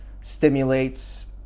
stimulates